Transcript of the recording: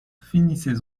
finissez